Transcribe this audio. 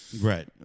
Right